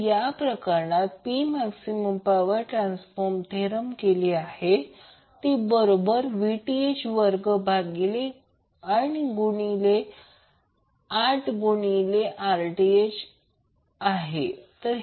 या प्रकरणात P maximum power transfer theorem केली ती बरोबर Vth वर्ग भागिले 8 गुणिले Rth